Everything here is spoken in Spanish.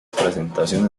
presentación